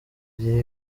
gihe